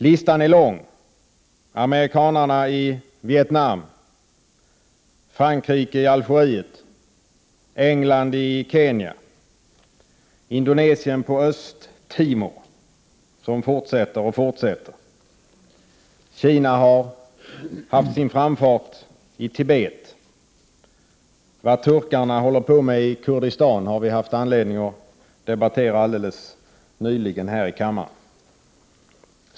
Listan är lång: amerikanarna i Vietnam, Frankrike i Algeriet, England i Kenya, Indonesien på Östtimor — där man fortsätter och fortsätter. Kina har haft sin framfart i Tibet. Vad turkarna håller på med i Kurdistan har vi haft anledning att debattera nyligen här i kammaren.